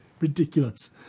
Ridiculous